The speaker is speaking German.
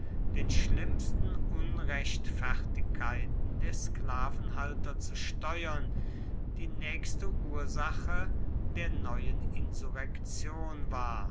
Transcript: den schlimmsten unrechtfertigkeiten der sklavenhalter zu steuern die nächste ursache der neuen insurrektion ward